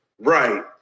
Right